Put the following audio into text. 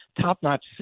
top-notch